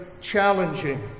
challenging